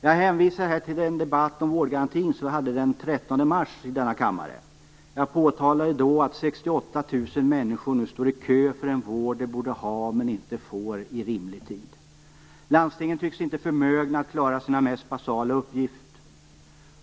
Jag hänvisar här till den debatt om vårdgarantin som vi hade i denna kammare den 13 mars. Jag påtalade då att 68 000 personer nu står i kö för en vård som de borde få, men som de inte får, inom rimlig tid. Landstingen tycks inte vara förmögna att klara sina mest basala uppgifter.